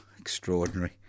Extraordinary